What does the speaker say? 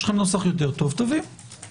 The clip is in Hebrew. יש לכם נוסח יותר טוב תביאו.